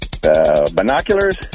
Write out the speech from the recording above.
Binoculars